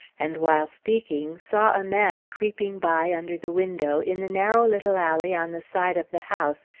and while speaking, saw a man creeping by under the window, in the narrow little alley on the side of the house,